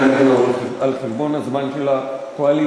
אתה אומר את זה על חשבון הזמן של הקואליציה.